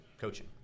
coaching